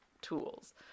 tools